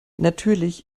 natürlich